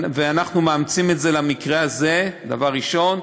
ואנחנו מאמצים את זה למקרה הזה, דבר ראשון.